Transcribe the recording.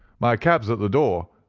my cab's at the door.